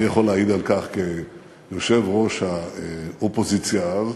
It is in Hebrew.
אני יכול להעיד על כך כיושב-ראש האופוזיציה אז,